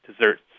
desserts